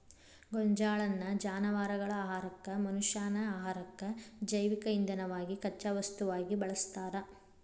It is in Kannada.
ಗೋಂಜಾಳನ್ನ ಜಾನವಾರಗಳ ಆಹಾರಕ್ಕ, ಮನಷ್ಯಾನ ಆಹಾರಕ್ಕ, ಜೈವಿಕ ಇಂಧನವಾಗಿ ಕಚ್ಚಾ ವಸ್ತುವಾಗಿ ಬಳಸ್ತಾರ